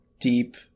deep